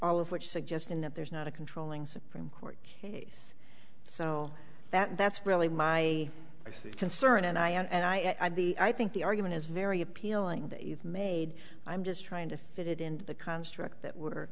of which suggest in that there's not a controlling supreme court case so that that's really my i see concern and i and i the i think the argument is very appealing that you've made i'm just trying to fit it in the construct that were